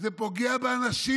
זה פוגע באנשים